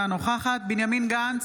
אינה נוכחת בנימין גנץ,